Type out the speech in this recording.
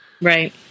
Right